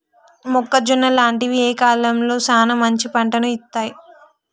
మొక్కజొన్న లాంటివి ఏ కాలంలో సానా మంచి పంటను ఇత్తయ్?